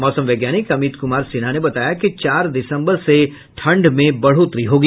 मौसम वैज्ञानिक अमित कुमार सिन्हा ने बताया कि चार दिसम्बर से ठंड में बढ़ोतरी होगी